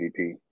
MVP